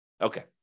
Okay